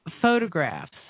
photographs